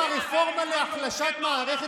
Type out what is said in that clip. המליאה.) אומרים "הרפורמה להחלשת מערכת